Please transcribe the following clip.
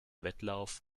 wettlauf